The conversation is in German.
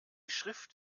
schrift